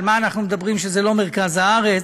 על מה אנחנו מדברים שהוא לא מרכז הארץ.